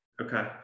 Okay